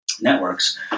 networks